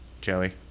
Joey